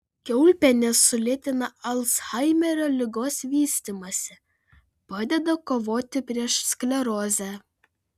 kiaulpienės sulėtina alzhaimerio ligos vystymąsi padeda kovoti prieš sklerozę